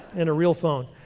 and real phone.